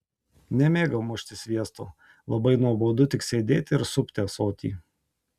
nemėgau mušti sviesto labai nuobodu tik sėdėti ir supti ąsotį